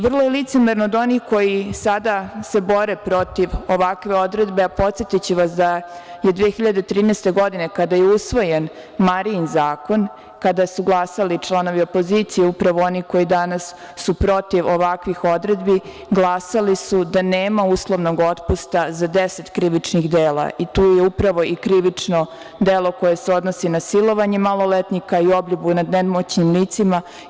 Vrlo je licemerno od onih koji sada se bore protiv ovakve odredbe, a podsetiću vas da je 2013. godine kada je usvojen "Marijin zakon", kada su glasali članovi opozicije, upravo oni koji su danas protiv ovakvih odredbi, glasali su da nema uslovnog otpusta za 10 krivičnih dela i tu je upravo i krivično delo koje se odnosi na silovanje maloletnika i obljubu nad nemoćnim licima.